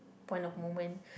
point of moment